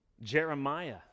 Jeremiah